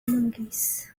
monkeys